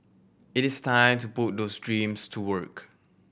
it is time to put those dreams to work